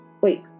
Wait